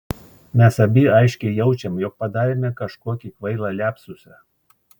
mes abi aiškiai jaučiam jog padarėme kažkokį kvailą liapsusą